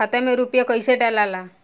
खाता में रूपया कैसे डालाला?